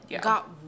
Got